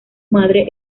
madre